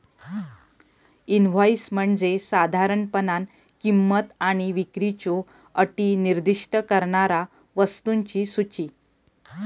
invoice म्हणजे साधारणपणान किंमत आणि विक्रीच्यो अटी निर्दिष्ट करणारा वस्तूंची सूची